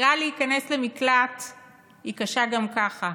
הבחירה להיכנס למקלט היא קשה גם ככה,